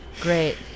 Great